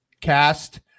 cast